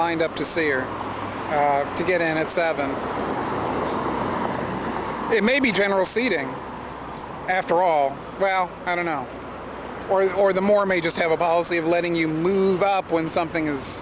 lined up to say or to get in at seven maybe general seating after all well i don't know where he or them or may just have a policy of letting you move up when something is